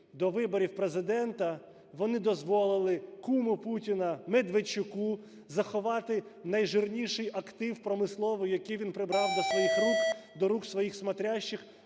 до виборів Президента вони дозволили куму Путіна Медведчуку заховати найжирніший актив промисловий, який він прибрав до своїх рук, до рук своїх "смотрящих"